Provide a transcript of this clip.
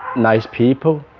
nice people